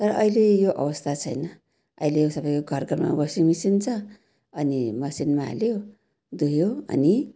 तर अहिले यो अवस्था छैन अहिले सबैको घर घरमा वासिङ मिसिन छ अनि मसिनमा हाल्यो धुयो अनि